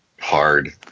hard